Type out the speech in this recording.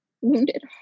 wounded